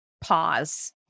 pause